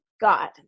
God